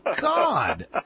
God